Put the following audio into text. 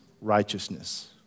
righteousness